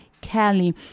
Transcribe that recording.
kelly